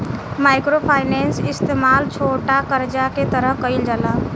micro finance के इस्तमाल छोटा करजा के तरह कईल जाला